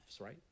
right